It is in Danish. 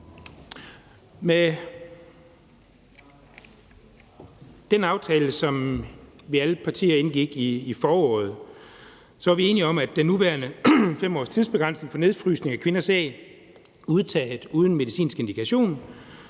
Med den aftale, som alle vi partier indgik i foråret, er vi enige om, at den nuværende tidsbegrænsning på 5 år for nedfrysning af kvinders æg udtaget uden medicinsk indikation